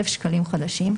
1,000 שקלים חדשים,